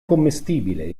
commestibile